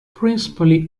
principally